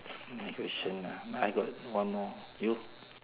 my question lah I got one more you